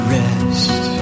rest